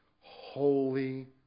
holy